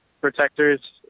protectors